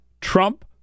Trump